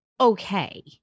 okay